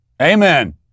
Amen